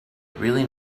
really